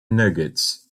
nuggets